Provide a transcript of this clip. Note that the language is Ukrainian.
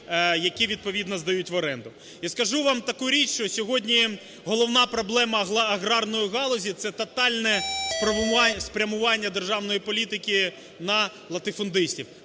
які відповідно здають в оренду. І скажу вам таку річ, що сьогодні головна проблема аграрної галузі – це тотальне спрямування державної політики на латифундистів.